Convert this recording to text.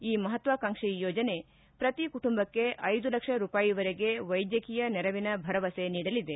ಈ ಮಪತ್ವಾಕಾಂಕ್ಷೆ ಯೋಜನೆ ಪ್ರತಿ ಕುಟುಂಬಕ್ಕೆ ಐದು ಲಕ್ಷ ರೂಪಾಯಿವರೆಗೆ ವೈದ್ಯಕೀಯ ನೆರವಿನ ಭರವಸೆ ನೀಡಲಿದೆ